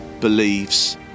believes